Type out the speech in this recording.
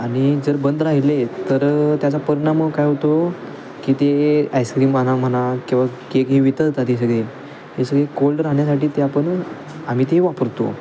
आणि जर बंद राहिले तर त्याचा परिणाम मग काय होतो की ते आईस्क्रीम राहणं म्हणा किंवा केक हे वितळतात हे सगळे हे सगळे कोल्ड राहण्यासाठी ते आपण आम्ही ते वापरतो